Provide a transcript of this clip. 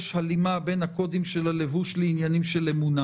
יש הלימה בין הקודים של הלבוש לעניינים של אמונה.